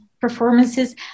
performances